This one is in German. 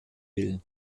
will